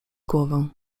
głowę